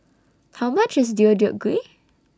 How much IS Deodeok Gui